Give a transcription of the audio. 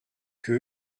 que